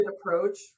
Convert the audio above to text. approach